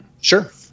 sure